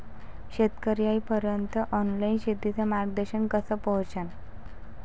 शेतकर्याइपर्यंत ऑनलाईन शेतीचं मार्गदर्शन कस पोहोचन?